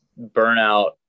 burnout